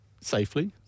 safely